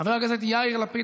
חברת הכנסת קסניה סבטלובה,